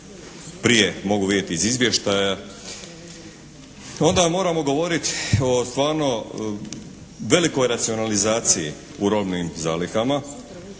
prije mogu vidjeti iz izvještaja onda moramo govoriti o stvarno velikoj racionalizaciji u robnim zalihama